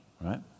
right